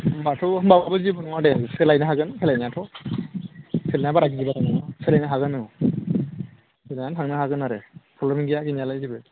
होनबाथ' होनबाबो जेबो नङा दे सोलायनो हागोन सोलायनायाथ' सोलायनाया बारा गिदिर जानाय नङा सोलायनो हागौ औ सोलायनानै थांनो हागोन आरो औ प्रब्लेम गैया गैनायालाय जेबो